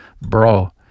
bro